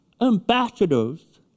ambassadors